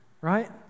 right